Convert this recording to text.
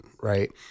Right